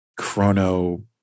chrono